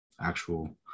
actual